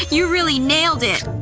you really nailed it.